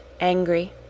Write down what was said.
angry